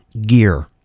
gear